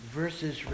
versus